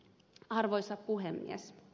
arvoisa puhemies